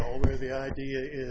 or the idea is